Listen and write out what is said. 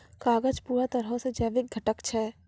कागज पूरा तरहो से जैविक घटक छै